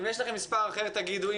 אם יש לכם מספר אחר, תגידו.